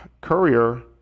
Courier